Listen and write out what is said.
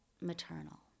maternal